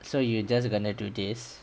so you just gonna do this